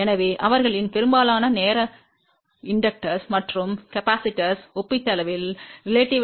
எனவே அவர்களின் பெரும்பாலான நேர தூண்டிகள் மற்றும் மின்தேக்கிகள் ஒப்பீட்டளவில் இழப்பற்றவை